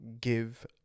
give